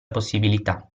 possibilità